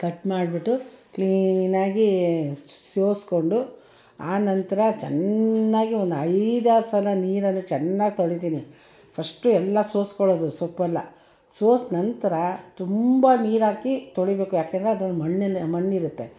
cut ಮಾಡಿಬಿಟ್ಟು ಕ್ಲೀನಾಗಿ ಸೋಸಿಕೊಂಡು ಆನಂತರ ಚೆನ್ನಾಗಿ ಒಂದು ಐದಾರು ಸಲ ನೀರನ್ನು ಚೆನ್ನಾಗಿ ತೊಳಿತೀನಿ ಫಸ್ಟು ಎಲ್ಲ ಸೋಸಿಕೊಳ್ಳೋದು ಸೊಪ್ಪೆಲ್ಲ ಸೋಸಿ ನಂತರ ತುಂಬ ನೀರಾಕಿ ತೊಳಿಬೇಕು ಯಾಕೆಂದರೆ ಅದು ಮಣ್ಣಿರುತ್ತೆ